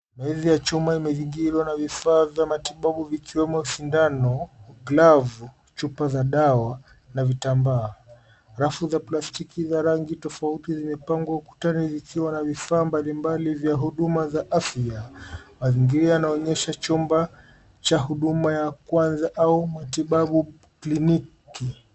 Meza ya chuma imezingirwa na vifaa vya matibabu ikiwemo sindano , glavu, chupa za dawa na vitambaa. Rafu za plastiki za rangi tofauti zimepangwa ukutani zikiwa na vifaa mbalimbali vya huduma za afya. Mazingira yanaonyesha chumba cha huduma ya kwanza au matibabu kliniki.